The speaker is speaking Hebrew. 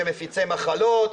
שהם מפיצי מחלות,